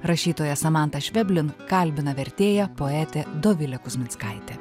rašytoją samantą šveblin kalbina vertėja poetė dovilė kuzminskaitė